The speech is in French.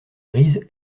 grise